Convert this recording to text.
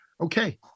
Okay